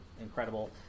incredible